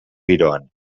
giroan